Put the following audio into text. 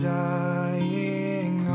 dying